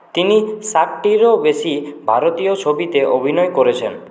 তিনি ষাটটিরও বেশি ভারতীয় ছবিতে অভিনয় করেছেন